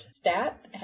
stat